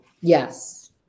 Yes